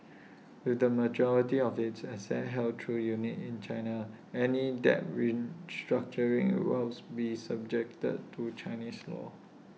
with the majority of its assets held through units in China any debt restructuring will be subject to Chinese law